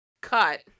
cut